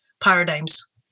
paradigms